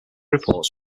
reports